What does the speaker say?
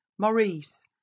Maurice